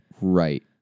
right